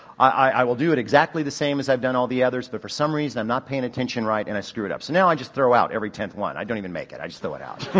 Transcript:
i, i, i will do it exactly the same as i've done all the others, but for some reason i'm not paying attention right and i screw it up. so now i just throw out every tenth one. i don't even make it, i just throw it out.